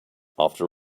after